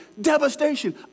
Devastation